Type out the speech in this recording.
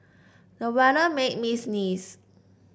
the weather made me sneeze